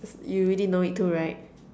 you already know it too right